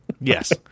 Yes